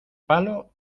palo